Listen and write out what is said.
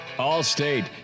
All-State